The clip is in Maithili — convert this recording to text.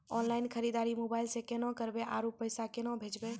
ऑनलाइन खरीददारी मोबाइल से केना करबै, आरु पैसा केना भेजबै?